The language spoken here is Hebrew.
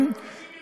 צדים את נשמותיהם.